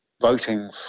voting